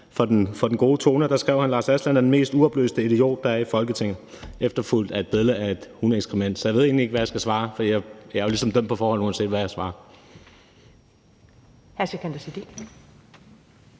for den gode tone. Og der skrev han: Lars Aslan er den mest uoplyste idiot, der er i Folketinget. Opslaget blev efterfulgt af et billede af hundeeekskrement. Så jeg ved egentlig ikke, hvad jeg skal svare, for jeg er jo ligesom dømt på forhånd, uanset hvad jeg svarer.